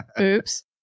Oops